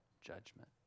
judgment